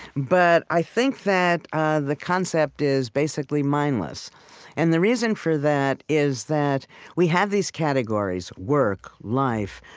but i think that ah the concept is basically mindless and the reason for that is that we have these categories work, life,